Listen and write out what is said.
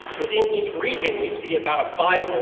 within each region we see about a five